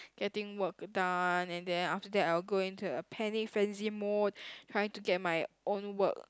getting work done and then after that I will go into a panic frenzy mode trying to get my own work